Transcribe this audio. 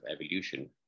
evolution